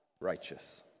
righteous